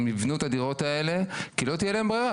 הם יבנו את הדירות האלה כי לא תהיה להם ברירה.